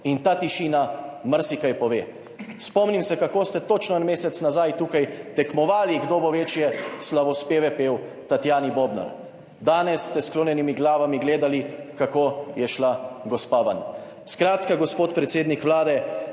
In ta tišina marsikaj pove. Spomnim se, kako ste točno en mesec nazaj tukaj tekmovali, kdo bo večje slavospeve pel Tatjani Bobnar. Danes ste s sklonjenimi glavami gledali, kako je šla gospa ven. Skratka, gospod predsednik Vlade,